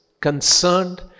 concerned